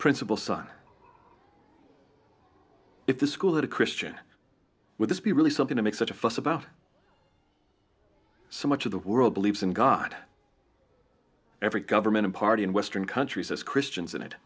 principal son if the school that a christian with this be really something to make such a fuss about so much of the world believes in god every government party in western countries as christians and